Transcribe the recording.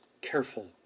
careful